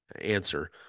answer